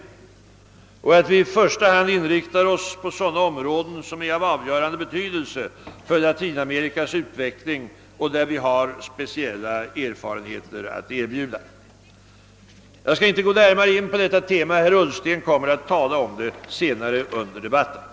I första hand bör vi då inrikta oss på projekt inom sådana områden som är av avgörande betydelse för Latinamerikas utveckling och där vi har speciella erfarenheter att erbjuda. Jag skall här inte närmare gå in på det. Herr Ullsten kommer att tala om det senare under debatten.